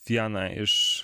viena iš